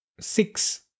six